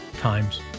times